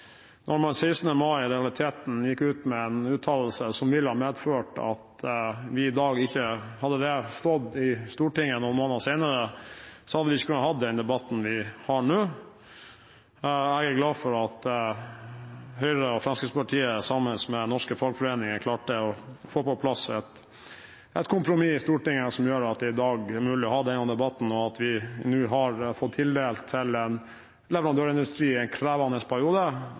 når man 16. mai gikk ut med en uttalelse som, hvis den hadde kommet i Stortinget noen måneder senere, i realiteten ville medført at vi ikke kunne hatt den debatten vi har nå. Jeg er glad for at Høyre og Fremskrittspartiet, sammen med norske fagforeninger, klarte å få på plass et kompromiss i Stortinget som gjør at det i dag er mulig å ha denne debatten, og at vi allerede nå har fått tildelt kontrakter på nesten 30 mrd. kr til en leverandørindustri som er inne i en krevende periode,